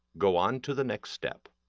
go on to the next step.